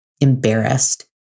embarrassed